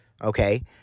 Okay